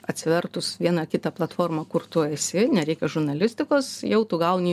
atsivertus vieną kitą platformą kur tu esi nereikia žurnalistikos jau tu gauni